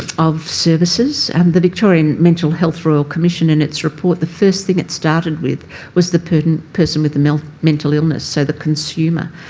of services? and the victorian mental health royal commission, in its report, the first thing it started with was the person person with the mental mental illness, so the consumer.